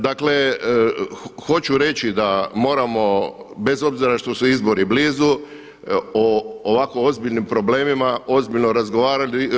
Dakle, hoću reći da moramo bez obzira što su izbori blizu o ovako ozbiljnim problemima ozbiljno razgovarati.